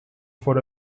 for